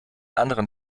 anderen